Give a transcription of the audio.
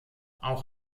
auch